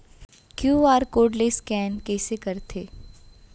QR code ले scan कइसे करथे?